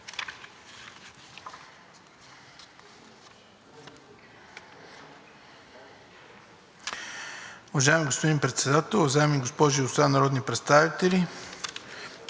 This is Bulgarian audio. Уважаеми господин Председател, уважаеми госпожи и господа народни представители!